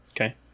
Okay